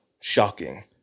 Shocking